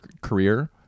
career